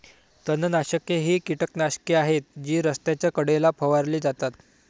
तणनाशके ही कीटकनाशके आहेत जी रस्त्याच्या कडेला फवारली जातात